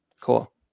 Cool